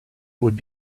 would